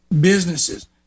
businesses